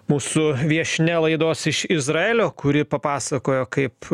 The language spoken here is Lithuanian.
mūsų viešnia laidos iš izraelio kuri papasakojo kaip